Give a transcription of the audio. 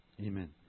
Amen